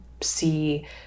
see